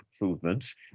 improvements